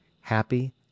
happy